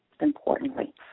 importantly